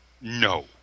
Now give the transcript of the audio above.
No